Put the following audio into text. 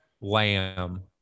Lamb